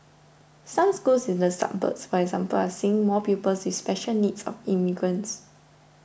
some schools in the suburbs for example are seeing more pupils with special needs or immigrants